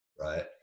right